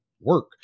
work